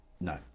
No